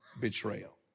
betrayal